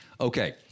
Okay